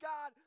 God